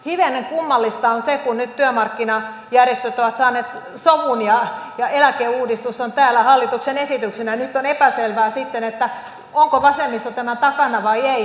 hivenen kummallista on se että kun nyt työmarkkinajärjestöt ovat saaneet sovun ja eläkeuudistus on täällä hallituksen esityksenä niin on epäselvää sitten että onko vasemmisto tämän takana vai ei